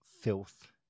filth